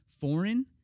foreign